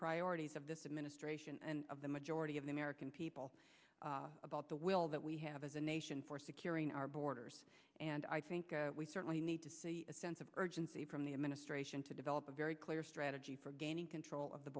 priorities of this administration and of the majority of the american people about the will that we have as a nation for securing our borders and i think we certainly need to see a sense of urgency from the administration to develop a very clear strategy for gaining control of the